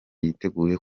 yiteguye